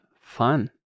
fun